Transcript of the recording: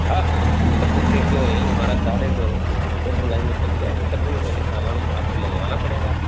हाँ बिल्कुल कर सकते हैं क्यों यही हमारा कार्य है तो जब बुलाएँगे तभी आके कर देंगे पहले सामान आपको मंगवाना पड़ेगा